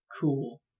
cool